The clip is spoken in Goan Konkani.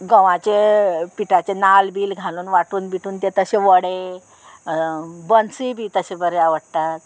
गंवाचे पिठाचे नाल्ल बील घालून वांटून बिटून तें तशे वडे बन्सूय बी तशे बरे आवडटात